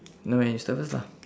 no you start first lah